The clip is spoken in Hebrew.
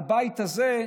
לבית הזה,